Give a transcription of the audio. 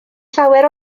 llawer